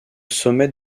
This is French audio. sommet